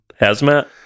Hazmat